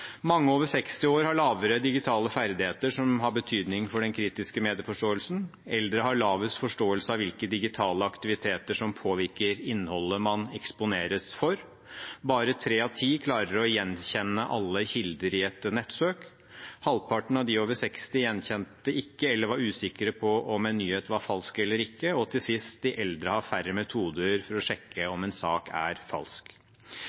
Mange over 60 år har lavere digitale ferdigheter, noe som har betydning for den kritiske medieforståelsen. Eldre har lavest forståelse av hvilke digitale aktiviteter som påvirker innholdet man eksponeres for. Bare tre av ti klarer å gjenkjenne alle kilder i et nettsøk. Halvparten av de over 60 år gjenkjente ikke, eller var usikre på, om en nyhet var falsk eller ikke. De eldre har færre metoder for å sjekke om en sak er falsk.